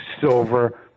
silver